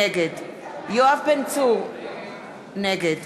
נגד יואב בן צור, נגד